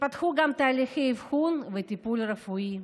והתפתחו גם תהליכי אבחון וטיפול רפואי.